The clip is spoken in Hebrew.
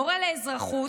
מורה לאזרחות,